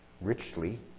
richly